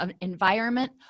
environment